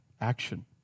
action